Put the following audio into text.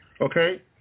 Okay